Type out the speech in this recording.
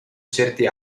certi